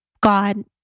God